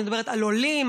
אני מדברת על עולים,